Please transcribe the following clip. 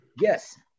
Yes